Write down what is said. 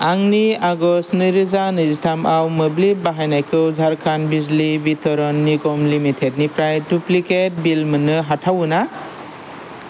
आंनि आगष्ट' नैरोजा नैजिथामाव मोब्लिब बाहायनायखौ झारखान्ड बिजन निगम लिमिटेडनिफ्राय डुप्लिकेट बिल मोननो हाथावो ना